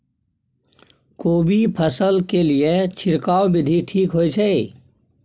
कोबी फसल के लिए छिरकाव विधी ठीक होय छै?